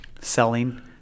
selling